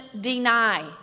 deny